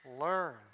Learn